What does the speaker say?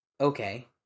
okay